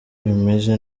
bimeze